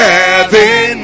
Heaven